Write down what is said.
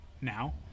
now